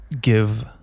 give